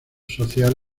social